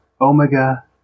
Omega